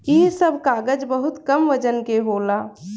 इ सब कागज बहुत कम वजन के होला